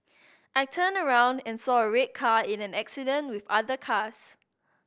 I turned around and saw a red car in an accident with other cars